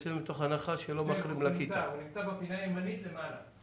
אסביר את הרקע ואז נסביר מה אנחנו מבקשים.